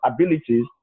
abilities